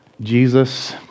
Jesus